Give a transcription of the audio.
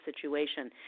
situation